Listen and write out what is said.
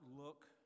look